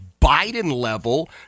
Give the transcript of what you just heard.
Biden-level